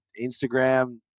Instagram